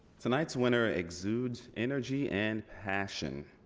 tonight's winner exudes energy and passion.